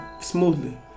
smoothly